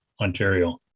Ontario